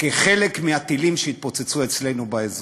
כחלק מהטילים שהתפוצצו אצלנו באזור.